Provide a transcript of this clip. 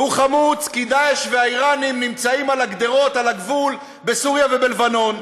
והוא חמוץ כי דאעש והאיראנים נמצאים על הגדרות על הגבול בסוריה ובלבנון.